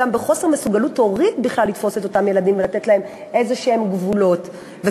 בחוסר מסוגלות הורית בכלל לתפוס את אותם ילדים ולתת להם גבולות כלשהם.